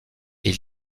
est